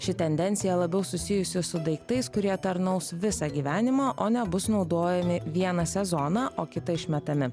ši tendencija labiau susijusi su daiktais kurie tarnaus visą gyvenimą o ne bus naudojami vieną sezoną o kitą išmetami